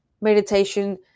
Meditation